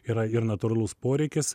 yra ir natūralus poreikis